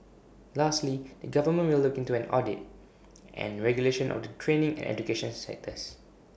lastly the government will look into an audit and regulation of the training and education sectors